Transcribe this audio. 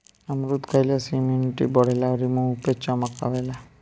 अमरूद खइला से इमुनिटी बढ़ेला अउरी मुंहे पे चमक आवेला